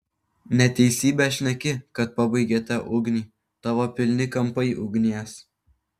neteisybę šneki kad pabaigėte ugnį tavo pilni kampai ugnies